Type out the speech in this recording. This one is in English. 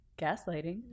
gaslighting